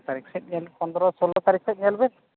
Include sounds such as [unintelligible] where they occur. [unintelligible] ᱛᱟᱹᱨᱤᱠᱷ ᱥᱮᱫ ᱧᱮᱞ ᱯᱚᱱᱫᱨᱚ ᱥᱳᱞᱳ ᱛᱟᱹᱨᱤᱠᱷ ᱥᱮᱫ ᱧᱮᱞᱵᱮᱱ